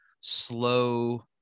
slow